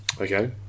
Okay